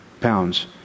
pounds